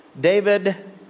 David